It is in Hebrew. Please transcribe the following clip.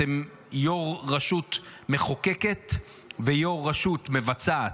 אתם ראש הרשות המחוקקת וראש הרשות המבצעת.